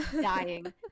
dying